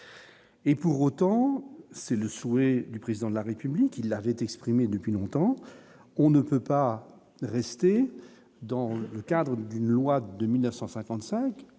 Et pour autant, c'est le souhait du président de la République, il avait exprimé depuis longtemps, on ne peut pas rester dans le cadre d'une loi de 1955